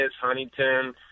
Huntington